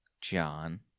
John